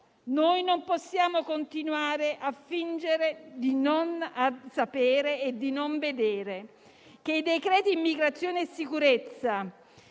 Non possiamo continuare a fingere di non sapere e di non vedere che i decreti-legge su immigrazione e sicurezza,